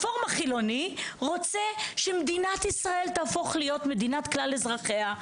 הפורום החילוני רוצה שמדינת ישראל תהפוך להיות מדינת כלל אזרחיה.